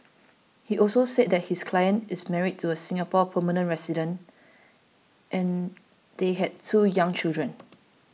he also said that his client is married to a Singapore permanent resident and they have two young children